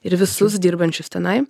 ir visus dirbančius tenai